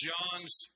John's